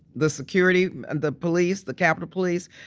the security, and the police, the capitol police,